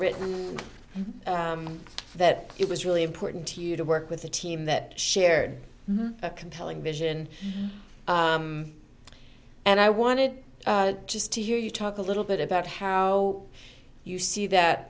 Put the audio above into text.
written that it was really important to you to work with a team that shared a compelling vision and i wanted just to hear you talk a little bit about how you see that